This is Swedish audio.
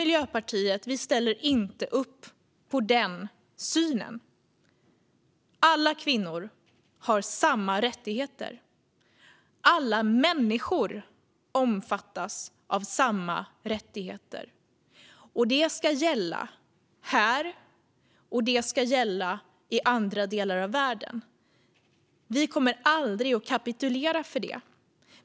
Miljöpartiet ställer inte upp på den synen. Alla kvinnor har samma rättigheter. Alla människor omfattas av samma rättigheter. Det gäller här och i alla delar av världen. Vi kommer aldrig att kapitulera.